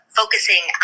focusing